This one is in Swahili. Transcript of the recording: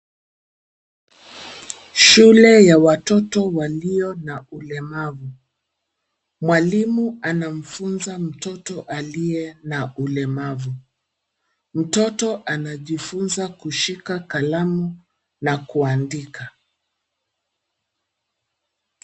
Shule ya watoto walio na ulemavu, mwalimu anamfuza mtoto aliye na ulemavu, mtoto anajifunza kushika kalamu na kuandika.